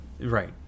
Right